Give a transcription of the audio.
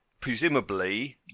presumably